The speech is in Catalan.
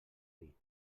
dir